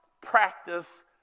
practice